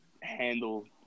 handle